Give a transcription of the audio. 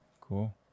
Cool